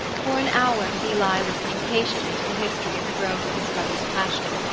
for an hour did he lie listening patiently to the history of the growth of his brother's passion.